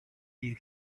you